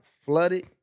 flooded